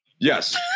yes